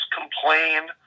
complain